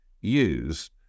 use